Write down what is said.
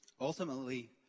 Ultimately